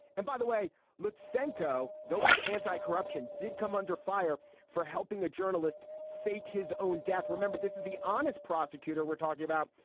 and by the way let's sancho those anti-corruption did come under fire for helping a journalist fake his own death. remember this is the honest prosecutor we're talking about.